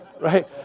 right